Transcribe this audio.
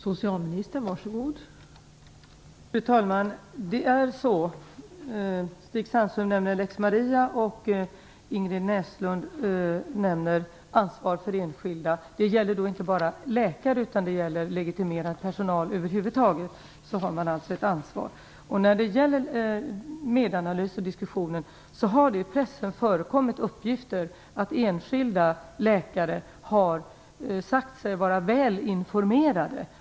Fru talman! Stig Sandström nämnde lex Maria och Ingrid Näslund nämnde ansvar för enskilda. Det är inte bara läkare, utan legitimerad personal över huvud taget som har ett ansvar. När det gäller diskussionen om Medanalys har det i pressen förekommit uppgifter om att enskilda läkare sagt sig vara väl informerade.